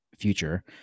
future